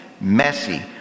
messy